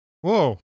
Whoa